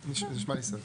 כן, זה נשמע לי סביר.